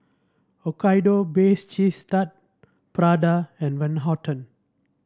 Hokkaido Cheese Tart Prada and Van Houten